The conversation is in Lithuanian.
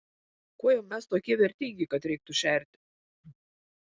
kuo jau mes tokie vertingi kad reiktų šerti